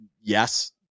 yes